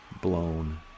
blown